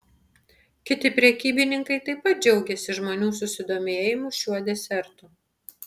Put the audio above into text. kiti prekybininkai taip pat džiaugėsi žmonių susidomėjimu šiuo desertu